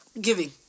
giving